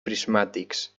prismàtics